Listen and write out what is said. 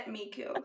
Miku